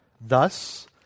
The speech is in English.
Thus